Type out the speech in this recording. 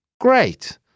Great